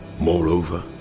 Moreover